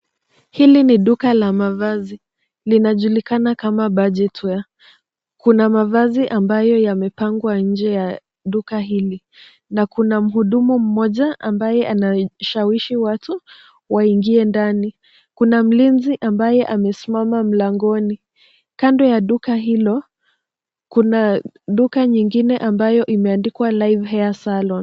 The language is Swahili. Hili ni duka la mavazi linajulikana kama Budget Wear, kuna mavazi ambayo yamepangwa inje ya duka hili na kuna mhudumu mmoja ambaye ana shawishisi watu waingie ndani, kuna mlinzi ambaye amesimama mlangoni. Kando ya duka hilo kuna duka nyingine ambayo ime andikwa Live Hair Salon.